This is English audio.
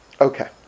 Okay